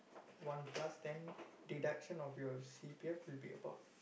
one plus ten deduction of your C_P_F will be about